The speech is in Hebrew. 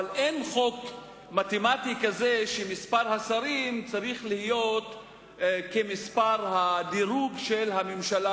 אבל אין חוק מתמטי כזה שמספר השרים צריך להיות כמספר הדירוג של הממשלה